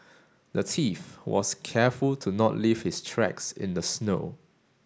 the thief was careful to not leave his tracks in the snow